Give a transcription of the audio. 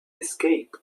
escape